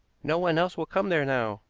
no one else will come there now.